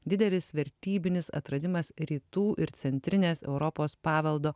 didelis vertybinis atradimas rytų ir centrinės europos paveldo